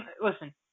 Listen